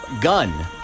Gun